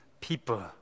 people